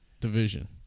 division